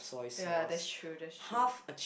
ya that's true that's true